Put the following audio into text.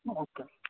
okay